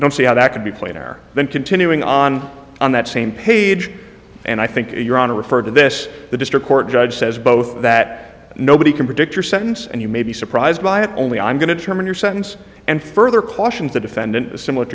don't see how that could be plainer than continuing on on that same page and i think you're on to refer to this the district court judge says both that nobody can predict your sentence and you may be surprised by it only i'm going to determine your sentence and further cautions the defendant similar